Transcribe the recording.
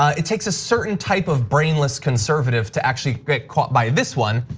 ah it takes a certain type of brainless conservative to actually get caught by this one.